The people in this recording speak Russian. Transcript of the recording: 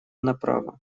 направо